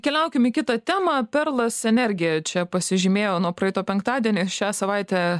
keliaukim į kitą temą perlas energija čia pasižymėjo nuo praeito penktadienio šią savaitę